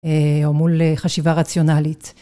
או מול חשיבה רציונלית.